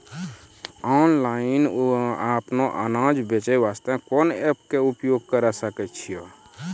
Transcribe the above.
Online अपनो अनाज बेचे वास्ते कोंन एप्प के उपयोग करें सकय छियै?